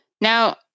Now